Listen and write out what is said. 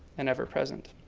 and ever present.